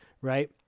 right